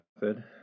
method